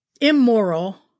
immoral